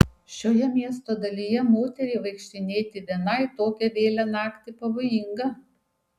šioje miesto dalyje moteriai vaikštinėti vienai tokią vėlią naktį pavojinga